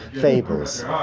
fables